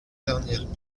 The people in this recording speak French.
dernière